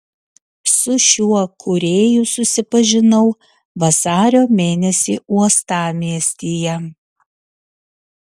su šiuo kūrėju susipažinau vasario mėnesį uostamiestyje